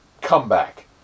comeback